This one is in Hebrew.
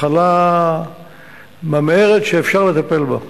מחלה ממארת, שאפשר לטפל בה.